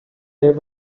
there